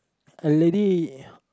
a lady